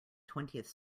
twentieth